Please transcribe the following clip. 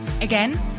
Again